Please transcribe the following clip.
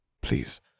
Please